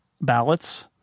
ballots